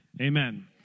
amen